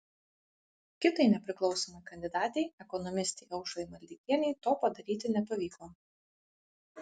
kitai nepriklausomai kandidatei ekonomistei aušrai maldeikienei to padaryti nepavyko